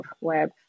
web